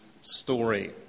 story